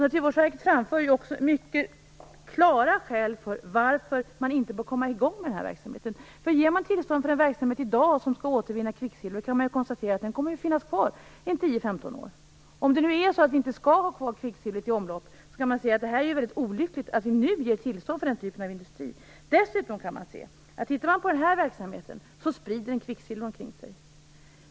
Naturvårdsverket framför mycket klara skäl till varför man inte får komma i gång med den här verksamheten. Ger man i dag tillstånd för en verksamhet som skall återvinna kvicksilver, kommer den ju att finnas kvar 10-15 år. Är det nu så att vi inte skall ha kvar kvicksilver i omlopp är det ju mycket olyckligt att nu ge tillstånd till den typen industri. Dessutom kan man se att denna verksamhet sprider kvicksilver omkring sig.